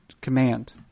command